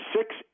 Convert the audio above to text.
six